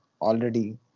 already